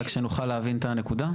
רק שנוכל להבין את הנקודה.